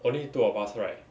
only two of us right